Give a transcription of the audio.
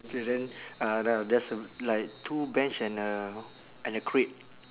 K then uh the there's a like two bench and a and a crate